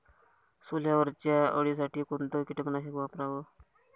सोल्यावरच्या अळीसाठी कोनतं कीटकनाशक वापराव?